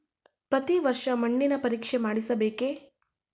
ಪ್ರತಿ ವರ್ಷ ಮಣ್ಣಿನ ಪರೀಕ್ಷೆ ಮಾಡಿಸಬೇಕೇ?